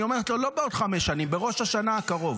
היא אומרת לו, לא בעוד חמש שנים, בראש השנה הקרוב.